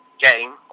game